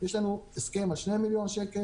יש לנו הסכם על שני מיליון שקלים